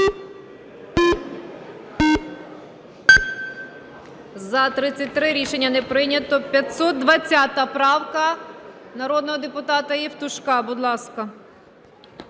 За-33 Рішення не прийнято. 520 правка народного депутата Євтушка,